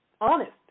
honest